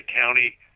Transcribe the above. County